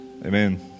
Amen